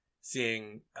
seeing